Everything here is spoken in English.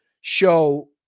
show